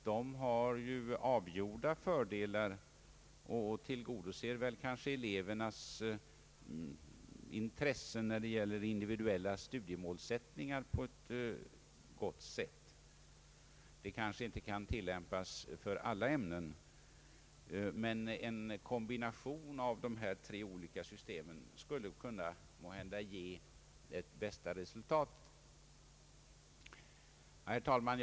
De har ju avgjorda fördelar och tillgodoser kanske elevernas intressen när det gäller individuella studiemålsättningar på ett gott sätt. De kanske inte kan tillämpas för alla ämnen, men en kombination av dessa tre olika system skulle måhända kunna ge det bästa resultatet. Herr talman!